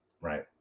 Right